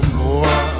more